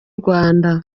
rwanda